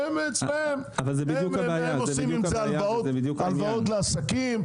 והם נמצאים אצלם; הם עושים עם זה הלוואות לעסקים,